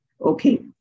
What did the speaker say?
Okay